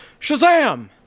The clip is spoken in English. Shazam